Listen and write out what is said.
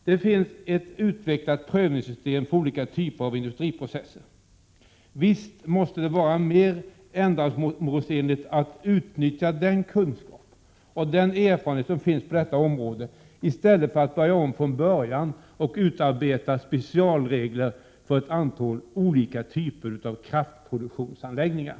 Det finns ett utvecklat prövningssystem för olika typer av processindustrier. Visst måste det vara mer ändamålsenligt att utnyttja den kunskap och den erfarenhet som finns på detta område i stället för att börja om från början och utarbeta specialregler för ett antal olika typer av kraftproduktionsanläggningar!